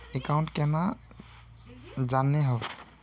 Account केना जाननेहव?